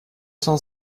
cent